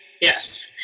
yes